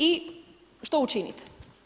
I što učiniti?